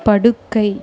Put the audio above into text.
படுக்கை